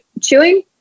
chewing